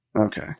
Okay